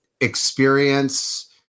experience